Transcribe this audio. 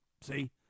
see